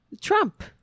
Trump